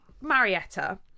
Marietta